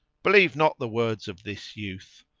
believe not the words of this youth.